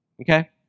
Okay